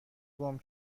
گـم